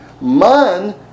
Man